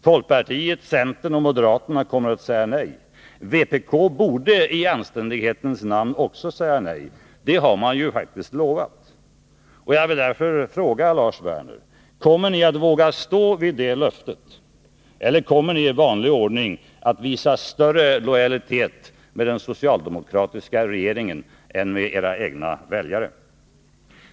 Folkpartiet, centern och moderaterna kommer att säga nej. Vpk borde i anständighetens namn också säga nej — det har vpk faktiskt lovat. Jag vill därför fråga Lars Werner: Kommer ni att våga stå vid det löftet? Eller kommer ni i vanlig ordning att visa större lojalitet med den socialdemokratiska regeringen än med era egna väljare?